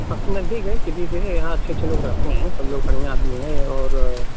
काफ़ी नजदीक है सिटी से यहाँ अच्छे अच्छे लोग रहते हैं सब लोग बढ़िया आदमी हैं और